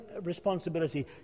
responsibility